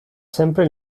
sempre